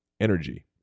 energy